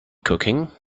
cooking